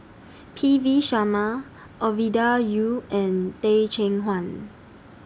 P V Sharma Ovidia Yu and Teh Cheang Wan